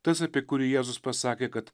tas apie kurį jėzus pasakė kad